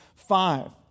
Five